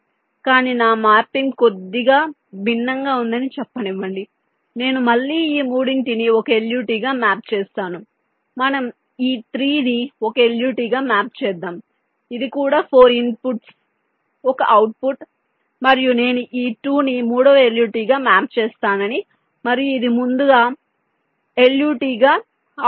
కానీ నా మ్యాపింగ్ కొద్దిగా భిన్నంగా ఉందని చెప్పనివ్వండి నేను మళ్ళీ ఈ మూడింటిని 1 LUT గా మ్యాప్ చేస్తాను మనం ఈ 3 ని 1 LUT గా మ్యాప్ చేద్దాం ఇది కూడా 4 ఇన్పుట్స్ ఒక అవుట్పుట్ మరియు నేను ఈ 2 ని మూడవ LUT గా మ్యాప్ చేస్తానని మరియు ఇది ముందుకు LUT గా అవుతుంది